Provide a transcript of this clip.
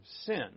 sin